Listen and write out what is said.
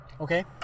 Okay